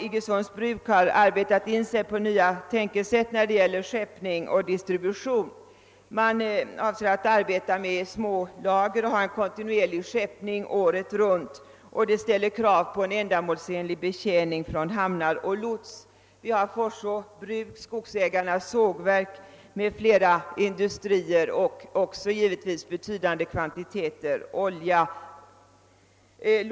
Iggesunds bruk har vidare börjat arbeta efter nya tankelinjer när det gäller skeppning och distribution. Man avser att arbeta med små lager och att ha en kontinuerlig skeppning året runt. Detta ställer krav på en ändamålsenlig betjäning från hamnar och lotsar. Andra industrier i detta område är Forsså bruk och Skogsägarnas sågverk. Det skeppas även betydande kvantiteter olja över Hudiksvall.